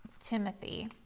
Timothy